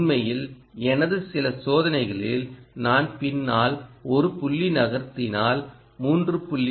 உண்மையில் எனது சில சோதனைகளில் நான் பின்னால் ஒரு புள்ளி நகர்த்தினால் 3